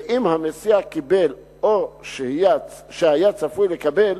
ואם המסיע קיבל או שהיה צפוי לקבל